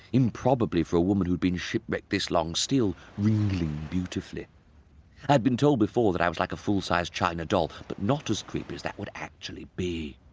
improbably for a woman who had been shipwrecked this long, still ringling beautifully. i had been told before that i was like a full size china doll, but not as creepy as that would actually be.